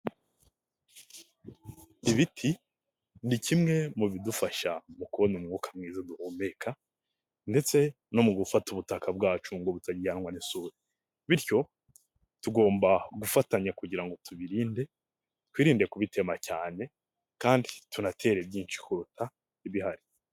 Ibiti ni kimwe mu bidufasha mu kubona umwuka mwiza duhumeka ndetse no mu gufata ubutaka bwacu ngo butajyanwa n'isuri bityo tugomba gufatanya kugira ngo tubiririnde. Twirinde kubitema cyane kandi tunatere byinshi kuruta ibihari.